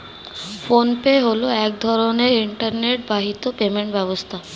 phone pay হলো এক ধরনের ইন্টারনেট বাহিত পেমেন্ট ব্যবস্থা